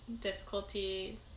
difficulty